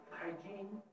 hygiene